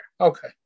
Okay